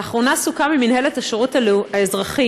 לאחרונה סוכם עם מינהלת השירות האזרחי